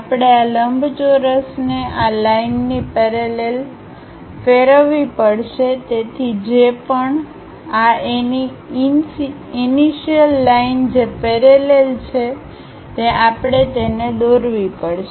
આપણે આ લંબચોરસને આ લાઈનની પેરેલલ ફેરવવી પડશે તેથી જે પણ આ એની ઈનીસિઅલ લાઈન જે પેરેલલ છે તે આપણે તેને દોરવી પડશે